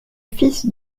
fils